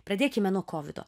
pradėkime nuo kovido